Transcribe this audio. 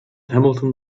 hamilton